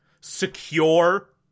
secure